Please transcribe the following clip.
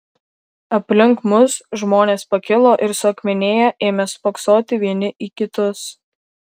aplink mus žmonės pakilo ir suakmenėję ėmė spoksoti vieni į kitus